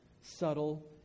subtle